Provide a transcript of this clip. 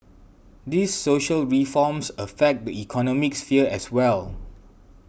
these social reforms affect the economic sphere as well